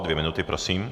Dvě minuty, prosím.